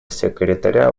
секретаря